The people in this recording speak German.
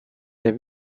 der